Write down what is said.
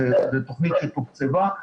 זאת תכנית שתוקצבה.